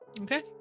Okay